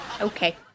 Okay